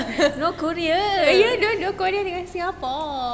korea don't korea dengan singapore